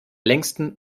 längsten